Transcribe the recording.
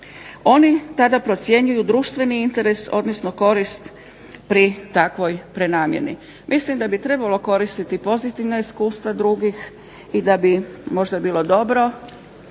Oni tada procjenjuju društveni interes, odnosno korist pri takvoj prenamjeni. Mislim da bi trebalo koristiti pozitivna iskustva drugih i da bi možda bilo dobro